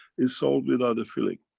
it's sold without the filling.